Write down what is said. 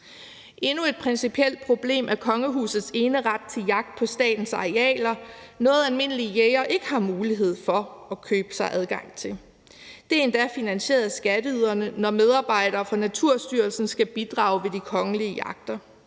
Endnu et principielt problem er kongehusets eneret til jagt på statens arealer. Det er noget, almindelige jægere ikke har mulighed for at købe sig adgang til. Det er endda finansieret af skatteyderne, når medarbejdere fra Naturstyrelsen skal bidrage ved de kongelige jagter.